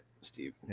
Steve